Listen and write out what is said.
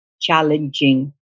challenging